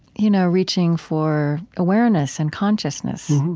you know reaching for awareness and consciousness,